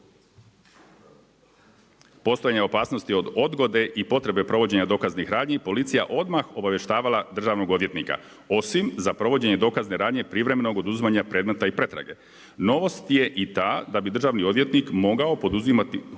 postojanje opasnosti od odgode i potrebe provođenja dokaznih radnji, policija odmah obavještavala državnog odvjetnika, osim za provođenje dokazne radnje, privremenog oduzimanja predmetna i pretrage. Novost je i ta da bi državni odvjetnik mogao poduzimati